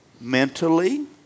Mentally